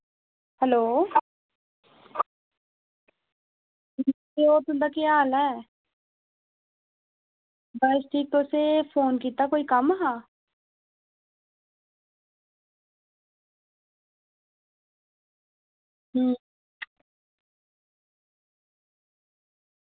hello ओह् तुं'दा केह् हाल ऐ बस तुसें फोन कीता कोई कम्म हा हूं